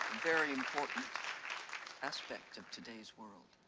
very important aspect of today's world.